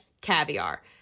caviar